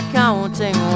counting